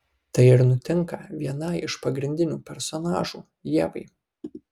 tai ir nutinka vienai iš pagrindinių personažų ievai